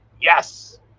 Yes